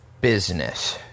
business